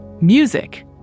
Music